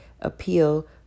appeal